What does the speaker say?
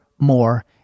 more